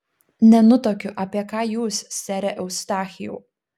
nenutuokiu apie ką jūs sere eustachijau